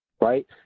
right